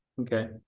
Okay